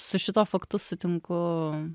su šituo faktu sutinku